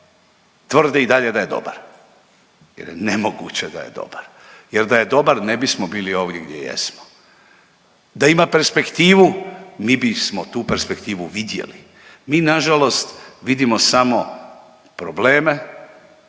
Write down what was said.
tvrde i dalje da je dobar jer je nemoguće da je dobar jer da je dobar, ne bismo bili ovdje gdje jesmo. Da ima perspektivu, mi bismo tu perspektivu vidjeli. Mi nažalost vidimo samo probleme